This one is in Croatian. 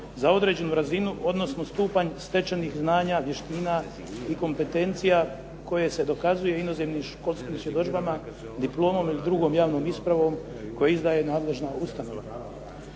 za određenu razinu, odnosno stupanj stečenih znanja i vještina i kompetencija koje se dokazuje inozemnim školskim svjedodžbama, diplomom ili drugom javnom ispravom koje izdaje nadležna ustanova.